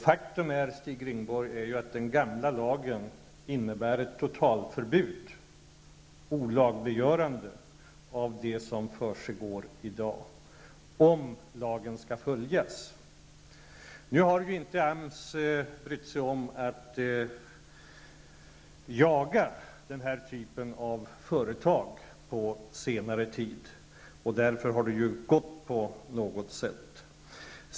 Faktum är, Stig Rindborg, att den gamla lagen innebär ett totalförbud, ett olagliggörande av det som försiggår i dag, om lagen skall följas. Nu har ju inte AMS brytt sig om att jaga den här typen av företag på senare tid. Därför har det gått på något sätt.